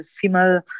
female